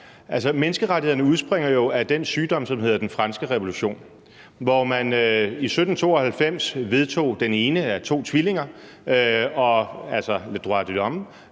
menneskerettighederne udspringer jo af den sygdom, som hedder den franske revolution, hvor man i 1792 vedtog den ene af to tvillinger, altså les droits de l'homme,